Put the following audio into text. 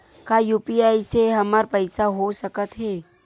का यू.पी.आई से हमर पईसा हो सकत हे?